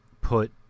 put